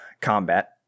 combat